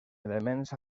elements